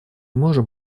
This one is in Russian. можем